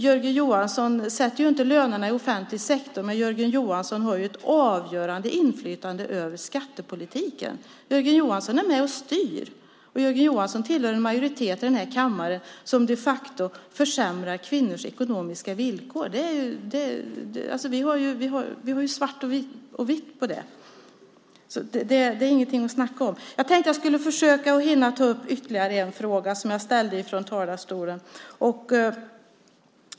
Jörgen Johansson sätter inte lönerna i offentlig sektor, men han har ett avgörande inflytande över skattepolitiken. Jörgen Johansson är med och styr, och Jörgen Johansson tillhör en majoritet i den här kammaren som de facto försämrar kvinnors ekonomiska villkor. Vi har svart och vitt på det. Det är alltså ingenting att snacka om. Jag tänkte att jag skulle försöka hinna ta upp ytterligare en fråga som jag ställde från talarstolen.